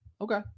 Okay